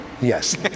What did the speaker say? Yes